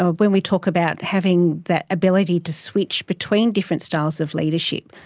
ah when we talk about having that ability to switch between different styles of leadership,